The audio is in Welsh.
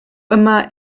yma